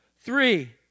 three